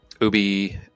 Ubi